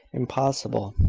impossible.